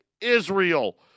Israel